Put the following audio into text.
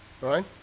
right